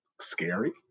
scary